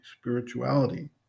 spirituality